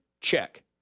check